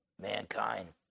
mankind